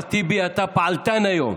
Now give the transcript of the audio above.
אחמד טיבי, אתה פעלתן היום.